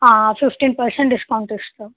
fifteen percent discount ఇస్తాము